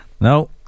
No